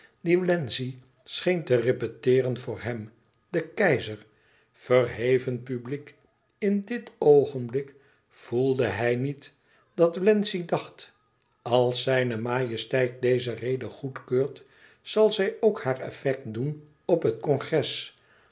scheen te repeteeren voor hem den keizer verheven publiek in dit oogenblik voelde hij niet dat wlenzci dacht als zijne majesteit deze rede goedkeurt zal zij ook haar effect doen op het congres